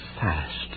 fast